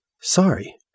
Sorry